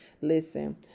Listen